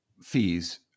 fees